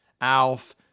Alf